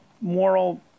moral